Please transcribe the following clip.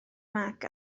mag